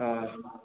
ꯑ